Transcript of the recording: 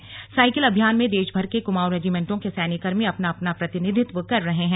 इस साइकिल अभियान में देशभर के कुमाऊँ रेजिमेन्टों के सैन्यकर्मी अपना अपना प्रतिनिधित्व कर रहे हैं